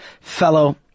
fellow